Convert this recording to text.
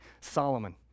solomon